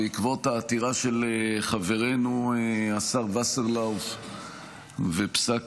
בעקבות העתירה של חברנו השר וסרלאוף ופסק